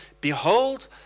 behold